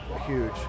huge